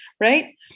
right